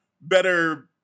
better